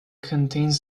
contains